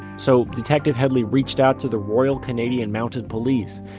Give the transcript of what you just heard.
so detective headley reached out to the royal canadian mounted police,